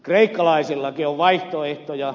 kreikkalaisillakin on vaihtoehtoja